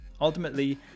Ultimately